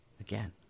again